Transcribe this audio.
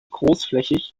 großflächig